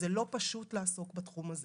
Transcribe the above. זה לא פשוט לעסוק בתחום הזה